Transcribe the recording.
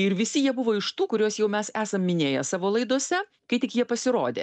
ir visi jie buvo iš tų kuriuos jau mes esam minėję savo laidose kai tik jie pasirodė